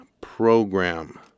program